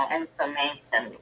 information